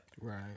right